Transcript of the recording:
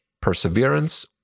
perseverance